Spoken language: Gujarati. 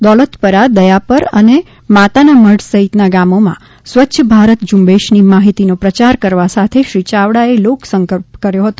દોલતપરા દથાપર અને માતાના મઢ સહિતના ગામોમાં સ્વચ્છ ભારત ઝુંબેશની માહિતીઓ પ્રચાર કરવા સાથે શ્રી યાવડાએ લોકસંપર્ક કર્યો હતો